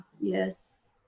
Yes